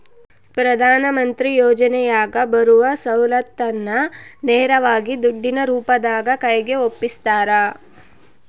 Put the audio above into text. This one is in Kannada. ಪ್ರಧಾನ ಮಂತ್ರಿ ಯೋಜನೆಯಾಗ ಬರುವ ಸೌಲತ್ತನ್ನ ನೇರವಾಗಿ ದುಡ್ಡಿನ ರೂಪದಾಗ ಕೈಗೆ ಒಪ್ಪಿಸ್ತಾರ?